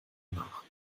nach